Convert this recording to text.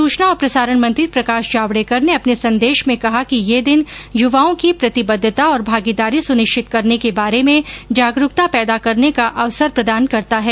सूचना और प्रसारण मंत्री प्रकाश जावडेकर ने अपने संदेश में कहा कि यह दिन युवाओं की प्रतिबद्धता और भागीदारी सुनिश्चित करने के बारे में जागरुकता पैदा करने का अवसर प्रदान करता है